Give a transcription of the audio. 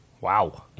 Wow